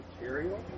material